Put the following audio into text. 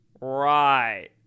Right